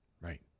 Right